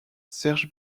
serge